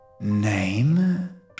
Name